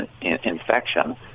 infection